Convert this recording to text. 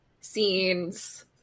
scenes